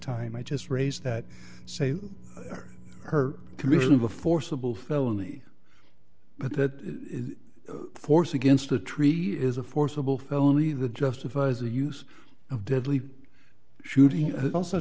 time i just raised that say her commission of a forcible felony but that force against a tree is a forcible felony that justifies the use of deadly shooting also